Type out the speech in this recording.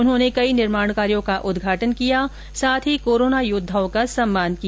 उन्होंने कई निर्माण कार्यो का उद्घाटन किया साथ ही कोरोना योद्वाओं का सम्मान किया